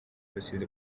rusizi